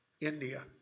India